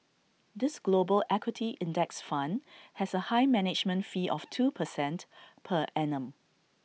this global equity index fund has A high management fee of two percent per annum